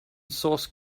source